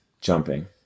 jumping